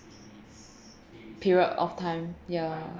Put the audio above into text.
period of time ya